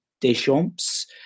Deschamps